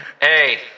Hey